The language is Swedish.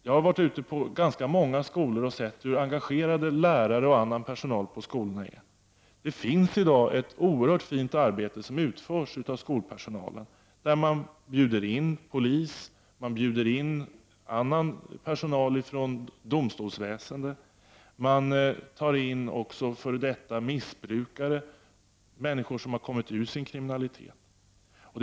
Jag har varit ute på ganska många skolor och sett hur engagerade lärare och annan personal på skolorna är. Det bedrivs i dag ett oerhört fint arbete av skolpersonalen. Personalen bjuder in polis, personal från domstolsväsendet och även f.d. missbrukare, alltså människor som har tagit sig ur kriminaliteten.